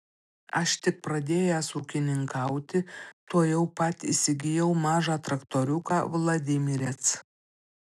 aš tik pradėjęs ūkininkauti tuojau pat įsigijau mažą traktoriuką vladimirec